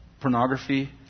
pornography